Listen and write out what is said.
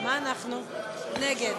לשנת